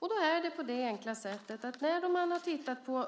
Därför är det på det enkla sättet att när man har tittat på